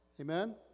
Amen